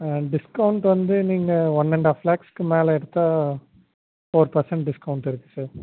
discount வந்து நீங்கள் one and half லேக்ஸுக்கு மேலே எடுத்தால் ஃபோர் பர்சன்ட் டிஸ்கவுண்ட் இருக்கு சார்